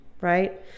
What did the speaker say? right